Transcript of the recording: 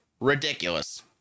ridiculous